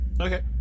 Okay